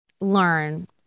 learn